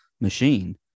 machine